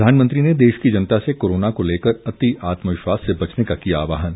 प्रधानमंत्री ने देश की जनता से कोरोना को लेकर अति आत्मविश्वास से बचने का किया आहवान